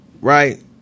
right